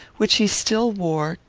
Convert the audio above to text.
which he still wore,